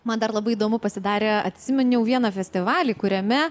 man dar labai įdomu pasidarė atsiminiau vieną festivalį kuriame